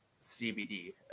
CBD